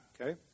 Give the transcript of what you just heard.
okay